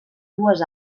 dues